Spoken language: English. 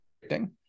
predicting